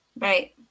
right